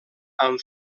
amb